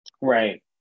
Right